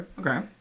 Okay